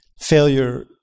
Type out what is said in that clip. failure